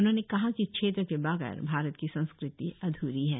उन्होंने कहा कि इस क्षेत्र के बगैर भारत की संस्कृती अधूरी है